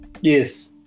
Yes